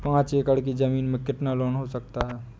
पाँच एकड़ की ज़मीन में कितना लोन हो सकता है?